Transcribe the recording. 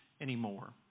anymore